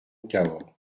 cahors